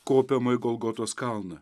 kopiama į golgotos kalną